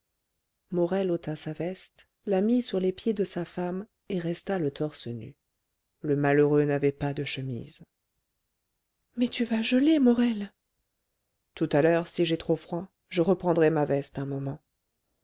morel ôta sa veste la mit sur les pieds de sa femme et resta le torse nu le malheureux n'avait pas de chemise mais tu vas geler morel tout à l'heure si j'ai trop froid je reprendrai ma veste un moment